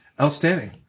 Outstanding